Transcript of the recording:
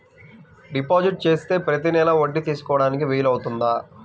Deposit చేస్తే ప్రతి నెల వడ్డీ తీసుకోవడానికి వీలు అవుతుందా?